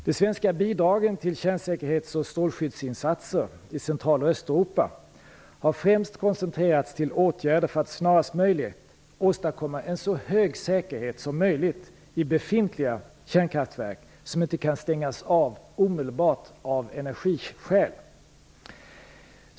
De svenska bidragen till kärnsäkerhets och strålskyddsinsatser i Central och Östeuropa har främst koncentrerats till åtgärder för att snarast möjligt åstadkomma en så hög säkerhet som möjligt i befintliga kärnkraftverk som inte kan stängas omedelbart av energiskäl.